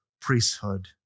priesthood